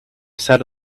sat